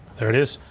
there it is.